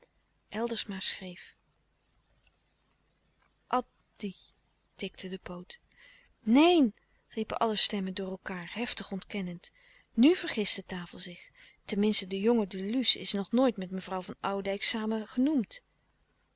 eldersma schreef a d d y tikte de poot neen riepen alle stemmen door elkaâr heftig ontkennend nu vergist de tafel zich ten minste de jonge de luce is nog nooit met mevrouw van oudijck samen genoemd